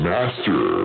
Master